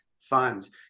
funds